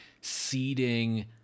seeding